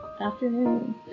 afternoon